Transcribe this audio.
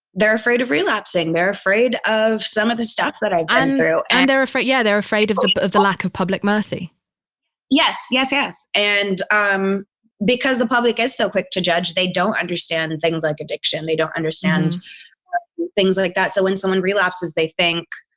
they're afraid of relapsing. they're afraid of some of the stuff that i've been and through and they're afraid. yeah, they're afraid of of the lack of public mercy yes, yes, yes. and um because the public is so quick to judge. they don't understand things like addiction. they don't understand things like that. so when someone relapses, they think,